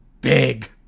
big